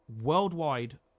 worldwide